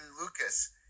Lucas